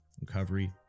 recovery